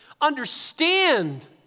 understand